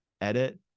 edit